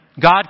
God